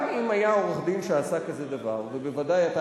גם אם היה עורך-דין שעשה כזה דבר ובוודאי אתה